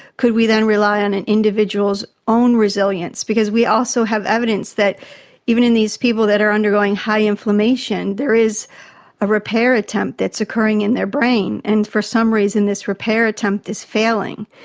could we then rely on an individual's own resilience, because we also have evidence that even in these people that are undergoing high inflammation, there is a repair attempt that's occurring in their brain. and for some reason this repair attempt is failing.